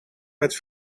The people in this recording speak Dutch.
met